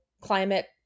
climate